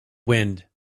wind